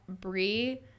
Brie